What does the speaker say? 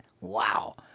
Wow